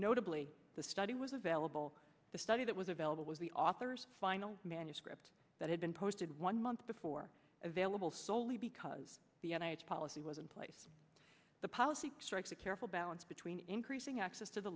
notably the study was available the study that was available was the author's final manuscript that had been posted one month before available soley because the policy was in place the policy strikes a careful balance between increasing access to the